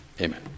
Amen